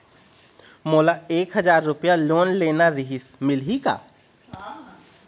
मोला एक हजार रुपया लोन लेना रीहिस, मिलही का?